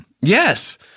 yes